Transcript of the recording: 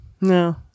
No